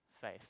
faith